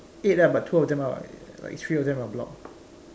eight lah but two of them are like three of them are blocked